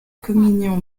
communion